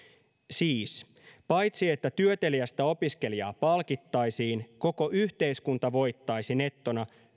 siis paitsi että työteliästä opiskelijaa palkittaisiin koko yhteiskunta voittaisi nettona